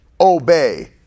obey